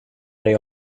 dig